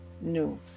No